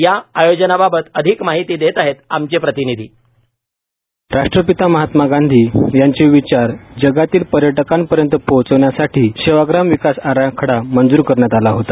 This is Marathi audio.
या आयोजनाबबत अधिक माहिती देत आहेत आमचे प्रतिनिधी राष्ट्रपिता महात्मा गांधी यांचे विचार जगातील पर्यटकापर्यंत पोहोचवण्यासाठी सेवाग्राम विकास आराखडा मंजूर करण्यात आला होता